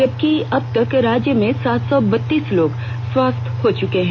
जबकि अब तक राज्य में सात सौ बत्तीस लोग स्वस्थ हो चुके हैं